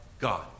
God